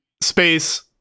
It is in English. Space